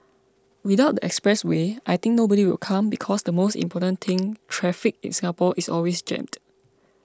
without the expressway I think nobody will come because the most important thing traffic in Singapore is always jammed